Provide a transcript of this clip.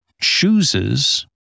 chooses